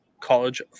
college